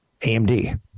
AMD